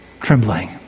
trembling